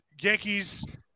Yankees